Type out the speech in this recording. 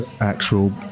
actual